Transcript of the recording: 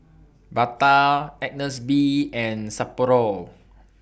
Bata Agnes B and Sapporo